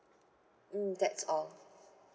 mm that's all